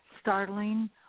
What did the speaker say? startling